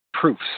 Proofs